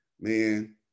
man